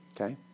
okay